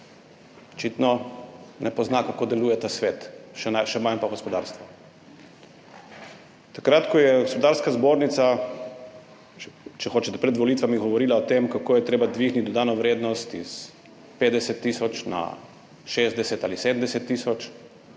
očitno ne ve, kako deluje ta svet, še manj pa gospodarstvo. Takrat, ko je Gospodarska zbornica Slovenije, če hočete, pred volitvami, govorila o tem, kako je treba dvigniti dodano vrednost iz 50 tisoč na 60 ali 70 tisoč,